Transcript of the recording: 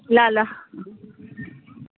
ल ल